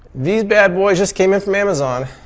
these bad boys just came in from amazon.